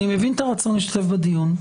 אני מבין את הרצון להשתתף בדיון.